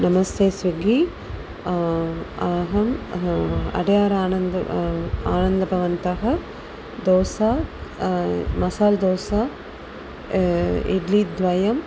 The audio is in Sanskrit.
नमस्ते स्विग्गि अहम् अड्यार् आनन्द् आनन्दभवनतः दोसा मसाल्दोसा इड्लीद्वयम्